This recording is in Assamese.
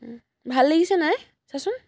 ভাল লাগিছে নাই চাচোন